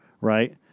right